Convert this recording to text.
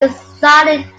decided